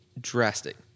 drastic